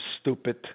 stupid